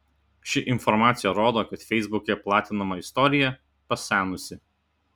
ši informacija rodo kad feisbuke platinama istorija pasenusi